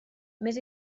més